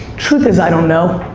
truth is, i don't know.